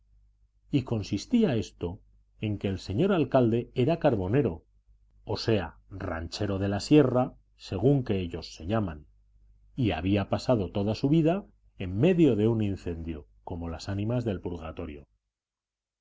y consistía esto en que el señor alcalde era carbonero o sea ranchero de la sierra según que ellos se llaman y había pasado toda su vida en medio de un incendio como las ánimas del purgatorio